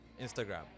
Instagram